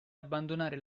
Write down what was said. abbandonare